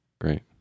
Great